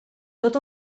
tot